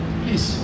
please